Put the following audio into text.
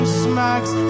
smacks